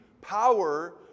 power